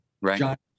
right